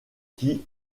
qui